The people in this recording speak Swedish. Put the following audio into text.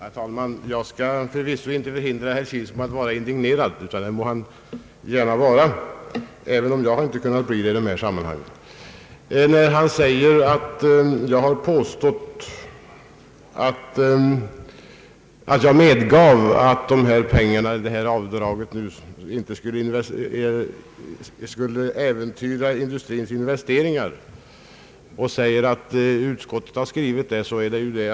Herr talman! Jag skall förvisso inte förhindra herr Kilsmo att vara indignerad, även om jag själv inte har kunnat bli det i detta sammanhang. När herr Kilsmo säger att jag medgivit att avdraget inte skulle äventyra industrins investeringar och att utskottet skrivit så, har han fel.